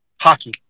Hockey